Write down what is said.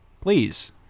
Please